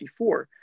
1954